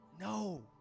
no